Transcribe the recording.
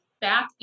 back